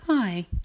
Hi